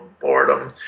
boredom